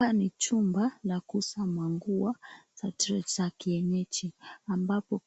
Hapa ni chumba, la kuusa manguo, ya tre za kienyechi, ambapo.